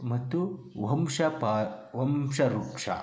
ಮತ್ತು ವಂಶ ಪಾ ವಂಶವೃಕ್ಷ